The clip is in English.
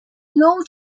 low